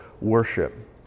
worship